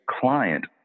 client